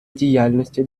діяльності